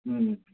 ಹ್ಞೂ